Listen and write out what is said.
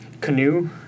canoe